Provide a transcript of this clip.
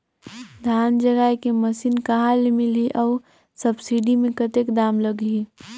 धान जगाय के मशीन कहा ले मिलही अउ सब्सिडी मे कतेक दाम लगही?